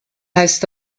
heißt